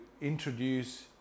introduce